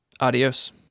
Adios